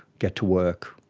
get to work,